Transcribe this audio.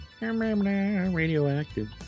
Radioactive